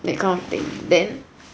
that kind of thing then